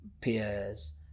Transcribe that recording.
peers